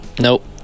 Nope